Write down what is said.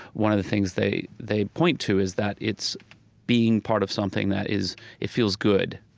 one of the things they they point to is that it's being part of something that is it feels good.